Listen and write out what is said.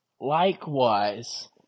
Likewise